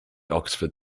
oxford